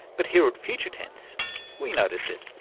but here at future tense we noticed it.